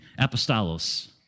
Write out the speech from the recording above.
Apostolos